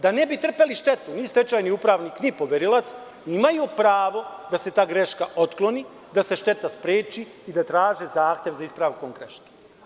Da ne bi trpeli štetu, ni stečajni upravnik, ni poverilac, imaju pravu da se ta greška otkloni, da se šteta spreči i da traže zahtev za ispravkom greške.